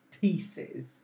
pieces